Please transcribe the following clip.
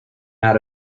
out